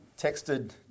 texted